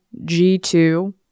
G2